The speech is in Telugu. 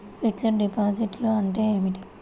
ఫిక్సడ్ డిపాజిట్లు అంటే ఏమిటి?